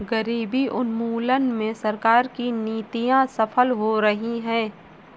गरीबी उन्मूलन में सरकार की नीतियां सफल हो रही हैं